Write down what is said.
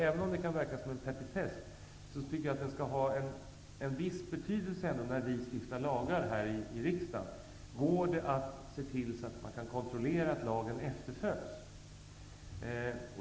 Även om det kan verka som en petitess, skall det ändå ha en viss betydelse när vi stiftar lagar här i riksdagen: Går det att se till att man kan kontrollera att lagen efterföljs?